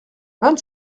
vingt